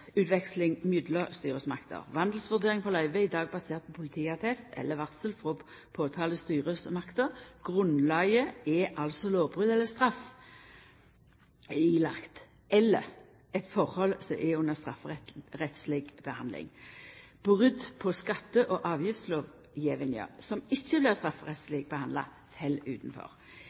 i dag basert på politiattest eller varsel frå påtalestyresmakta. Grunnlaget er altså lovbrot der straff er pålagt eller eit forhold som er under strafferettsleg handsaming. Brot på skatte- og avgiftslovgjevinga som ikkje blir strafferettsleg handsama, fell utanfor.